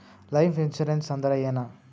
Life insurance ಅಂದ್ರ ಏನ?